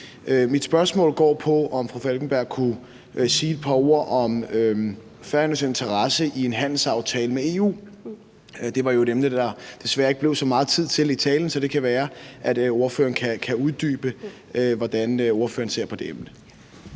Mit spørgsmål går på, om fru Anna Falkenberg kunne sige et par ord om Færøernes interesse i en handelsaftale med EU. Det var jo et emne, der desværre ikke blev så meget tid til i talen, så det kan være, at ordføreren kan uddybe, hvordan ordføreren ser på det emne.